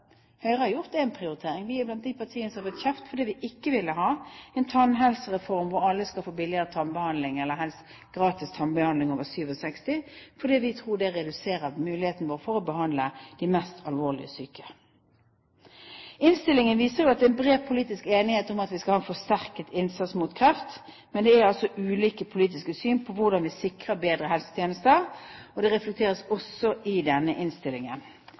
Høyre har gjort én prioritering. Vi er blant de partiene som har fått kjeft fordi vi ikke ville ha en tannhelsereform hvor alle skulle få billigere tannbehandling eller gratis tannbehandling etter fylte 67 år, fordi vi tror det vil redusere muligheten vår til å behandle de mest alvorlig syke. Innstillingen viser at det er bred politisk enighet om at vi skal ha en forsterket innsats mot kreft. Men det er ulike politiske syn på hvordan vi skal sikre bedre helsetjenester, og dette reflekteres også i innstillingen. Og så venter jeg ennå på den